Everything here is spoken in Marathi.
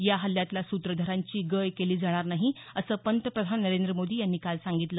या हल्ल्यातील सूत्रधारांची गय केली जाणार नाही असं पंतप्रधान नरेंद्र मोदी यांनी काल सांगितलं